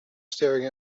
staring